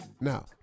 Now